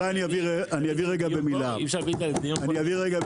אני אבהיר רגע במילה.